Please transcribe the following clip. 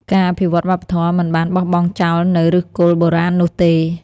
ការអភិវឌ្ឍវប្បធម៌មិនបានបោះបង់ចោលនូវឫសគល់បុរាណនោះទេ។